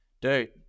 Dude